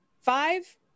five